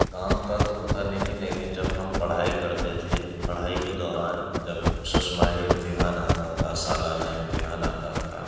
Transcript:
کام کا تو پتہ نہیں لیکن جب ہم پڑھائی کرتے تھے پڑھائی کے دوران جب ششماہی امتحان آتا تھا سالانہ امتحان آتا تھا